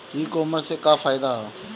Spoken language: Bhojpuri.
ई कामर्स से का फायदा ह?